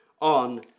on